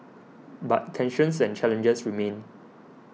but tensions and challenges remain